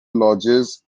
lodges